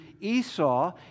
Esau